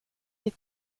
les